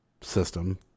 system